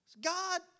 God